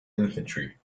infantry